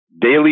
Daily